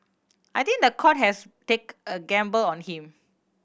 I think the court has take a gamble on him